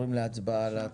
עכשיו